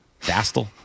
Dastel